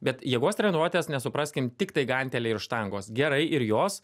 bet jėgos treniruotės nesupraskim tiktai hanteliai ir štangos gerai ir jos